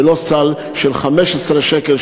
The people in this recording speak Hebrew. ולא סל של 15 שקל,